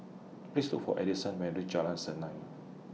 Please Look For Addison when YOU REACH Jalan Senang